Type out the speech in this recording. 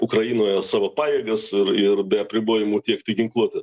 ukrainoje savo pajėgas ir ir be apribojimų tiekti ginkluotę